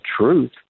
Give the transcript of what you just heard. truth